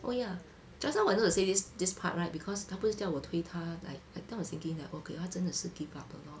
oh ya just now wanted to say this this part [right] because 她不是叫我我推她 like that time I was thinking that okay 她真的是 give up 了 lor